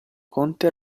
conte